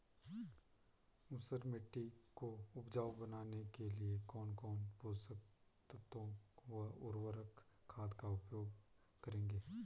ऊसर मिट्टी को उपजाऊ बनाने के लिए कौन कौन पोषक तत्वों व उर्वरक खाद का उपयोग करेंगे?